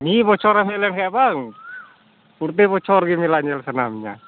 ᱢᱤᱫ ᱵᱚᱪᱷᱚᱨᱮᱢ ᱦᱮᱡ ᱞᱮᱱᱠᱷᱟᱡ ᱵᱟᱝ ᱯᱚᱨᱛᱮ ᱵᱚᱪᱷᱚᱨ ᱜᱮ ᱢᱮᱞᱟ ᱧᱮᱞ ᱥᱟᱱᱟ ᱢᱮᱭᱟ